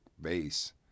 base